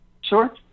Sure